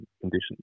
conditions